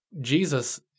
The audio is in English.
Jesus